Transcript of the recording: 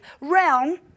realm